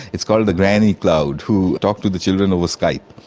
it's called a granny cloud, who talk to the children over skype.